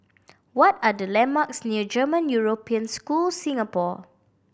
what are the landmarks near German European School Singapore